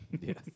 Yes